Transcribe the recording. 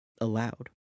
aloud